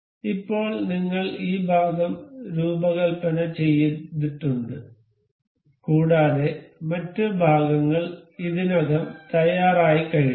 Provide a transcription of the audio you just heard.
അതിനാൽ ഇപ്പോൾ നിങ്ങൾ ഈ ഭാഗം രൂപകൽപ്പന ചെയ്തിട്ടുണ്ട് കൂടാതെ മറ്റ് ഭാഗങ്ങൾ ഇതിനകം തയ്യാറായിക്കഴിഞ്ഞു